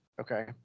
Okay